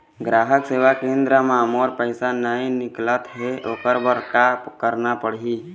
ग्राहक सेवा केंद्र म मोर पैसा नई निकलत हे, ओकर बर का करना पढ़हि?